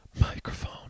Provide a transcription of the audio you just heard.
microphone